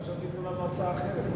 חשבתי שייתנו לנו הצעה אחרת.